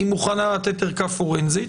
היא מוכנה לתת ערכה פורנזית,